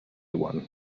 one